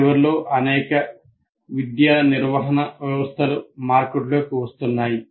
చివరిలో అనేక విద్యా నిర్వహణ వ్యవస్థలు మార్కెట్లోకి వస్తున్నాయి